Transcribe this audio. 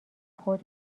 خود